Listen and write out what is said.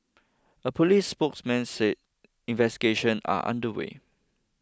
a police spokesman said investigations are under way